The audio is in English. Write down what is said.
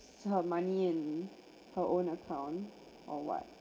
her money in her own account or what